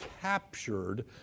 captured